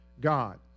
God